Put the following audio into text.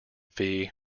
fee